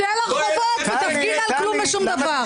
צא לרחובות ותפגין על כלום ושום דבר.